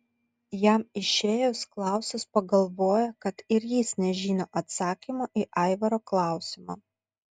jam išėjus klausas pagalvoja kad ir jis nežino atsakymo į aivaro klausimą